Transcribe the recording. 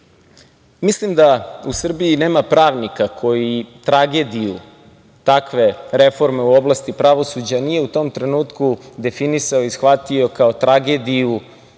smislu. Mislim da u Srbiji nema pravnika koji tragediju takve reforme u oblasti pravosuđa nije u tom trenutku definisao i shvatio kao tragediju